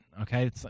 okay